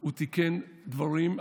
הוא תיקן דברים,